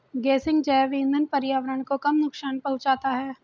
गेसिंग जैव इंधन पर्यावरण को कम नुकसान पहुंचाता है